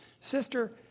Sister